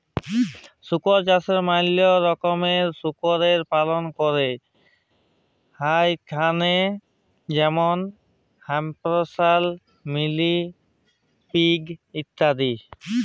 শুকর চাষে ম্যালা রকমের শুকরের পালল ক্যরাক হ্যয় খামারে যেমল হ্যাম্পশায়ার, মিলি পিগ ইত্যাদি